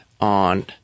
on